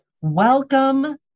Welcome